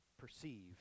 perceive